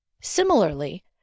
Similarly